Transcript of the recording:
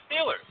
Steelers